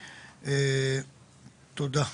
תודה.